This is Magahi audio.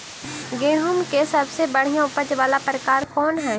गेंहूम के सबसे बढ़िया उपज वाला प्रकार कौन हई?